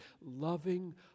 loving